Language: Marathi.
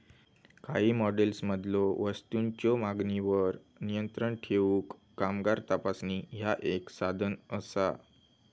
काही मॉडेल्समधलो वस्तूंच्यो मागणीवर नियंत्रण ठेवूक कामगार तपासणी ह्या एक साधन असा